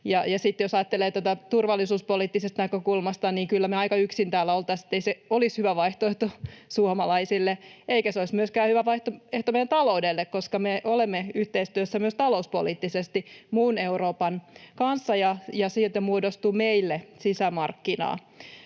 Jos ajattelee tätä turvallisuuspoliittisesta näkökulmasta, niin kyllä me aika yksin täällä oltaisiin. Ei se olisi hyvä vaihtoehto suomalaisille, eikä se olisi hyvä vaihtoehto myöskään meidän taloudelle, koska me olemme yhteistyössä myös talouspoliittisesti muun Euroopan kanssa ja siitä muodostuu meille sisämarkkinaa.